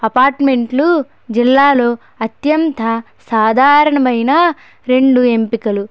అపార్ట్మెంటులు జిల్లాలో అత్యంత సాధారణమైన రెండు ఎంపికలు